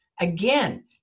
again